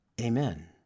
Amen